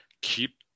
keep